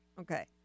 Okay